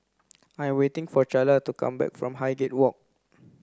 I am waiting for Charla to come back from Highgate Walk